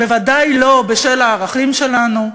בוודאי לא בשל הערכים שלנו.